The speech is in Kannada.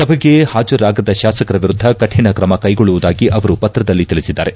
ಸಭೆಗೆ ಹಾಜರಾಗದ ಶಾಸಕರ ವಿರುದ್ಧ ಕಠಿಣ ಕ್ರಮ ಕೈಗೊಳ್ಳುವುದಾಗಿ ಅವರು ಪತ್ರದಲ್ಲಿ ತಿಳಬದ್ದಾರೆ